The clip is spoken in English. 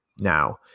now